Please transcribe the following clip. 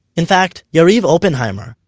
in fact, yariv oppenhimer,